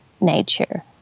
nature